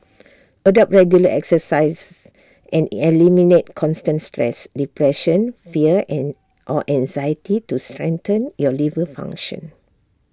adopt regular exercise and eliminate constant stress depression fear and or anxiety to strengthen your liver function